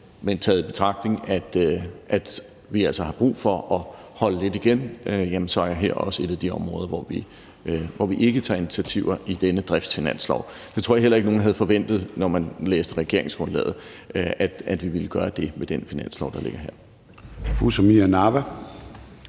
Men taget i betragtning, at vi altså har brug for at holde lidt igen, så er det her også et af de områder, hvor vi ikke tager initiativer i denne driftsfinanslov. Jeg tror heller ikke, nogen havde forventet efter at have læst regeringsgrundlaget, at vi ville gøre det med det finanslovsforslag, der ligger her.